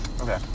Okay